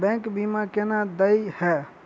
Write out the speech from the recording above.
Bank बीमा केना देय है?